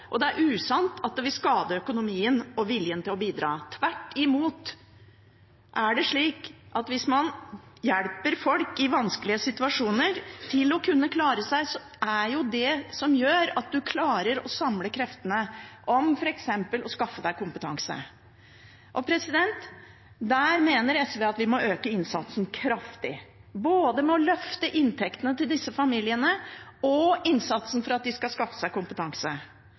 og det er usant at det vil skade økonomien og viljen til å bidra. Tvert imot er det slik at hvis man hjelper folk i en vanskelig situasjon til å kunne klare seg, er det det som gjør at de klarer å samle kreftene om f.eks. å skaffe seg kompetanse. Der mener SV at vi må øke innsatsen kraftig – både med å løfte inntektene til disse familiene og innsatsen for at de skal skaffe seg kompetanse.